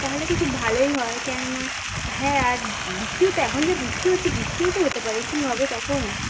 তাহলে তো খুব ভালোই হয় কেননা হ্যাঁ আজ বৃষ্টিও তো এখন যা বৃষ্টি হচ্ছে বৃষ্টিও তো হতে পারে কী হবে তখন